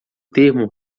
termo